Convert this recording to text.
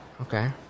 okay